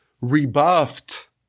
rebuffed